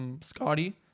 Scotty